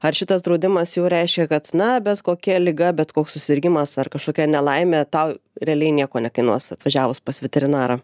ar šitas draudimas jau reiškia kad na bet kokia liga bet koks susirgimas ar kažkokia nelaimė tau realiai nieko nekainuos atvažiavus pas veterinarą